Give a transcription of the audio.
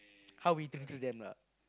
how we think till then lah